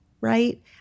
right